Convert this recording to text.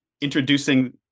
introducing